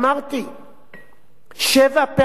שבע פעמים היו הצעות חוק